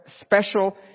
special